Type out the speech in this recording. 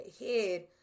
ahead